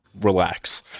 relax